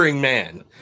man